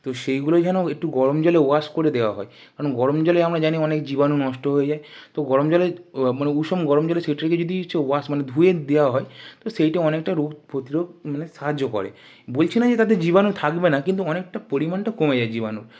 তো সেইগুলো যেন একটু গরম জলে ওয়াশ করে দেওয়া হয় কারণ গরম জলে আমরা জানি অনেক জীবাণু নষ্ট হয়ে যায় তো গরম জলে মানে উষ্ণ গরম জলে সেটাকে যদি হচ্ছে ওয়াশ মানে ধুয়ে দেওয়া হয় তাহলে সেটা অনেকটা রোগ প্রতিরোধ মানে সাহায্য করে বলছি না যে তাতে জীবাণু থাকবে না কিন্তু অনেকটা পরিমাণটা কমে যায় জীবাণুর